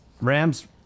Rams